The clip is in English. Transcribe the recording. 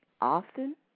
Often